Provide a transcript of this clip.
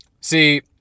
See